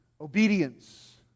Obedience